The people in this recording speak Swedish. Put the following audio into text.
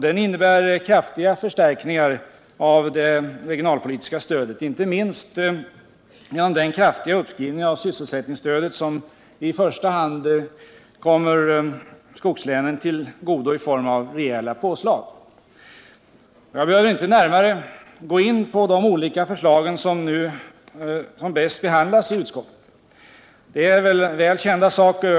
Den innebär kraftiga förstärkningar av det regionalpolitiska stödet, inte minst genom den kraftiga uppskrivning av sysselsättningsstödet som i första hand kommer skogslänen till godo i form av rejäla påslag. Jag behöver inte närmare gå in på de olika förslagen, som nu som bäst behandlas i utskott. Det är väl kända saker.